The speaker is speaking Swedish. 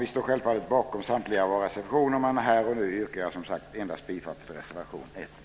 Vi står självfallet bakom samtliga våra reservationer, men här och nu yrkar jag som sagt endast bifall till reservation 1.